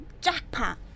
jackpot